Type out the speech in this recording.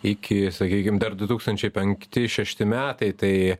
iki sakykim dar du tūkstančiai penkti šešti metai tai